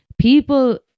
people